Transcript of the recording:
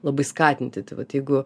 labai skatinti tai vat jeigu